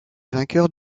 vainqueurs